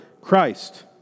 Christ